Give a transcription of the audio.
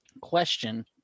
question